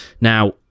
Now